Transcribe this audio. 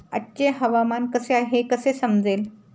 आजचे हवामान कसे आहे हे कसे समजेल?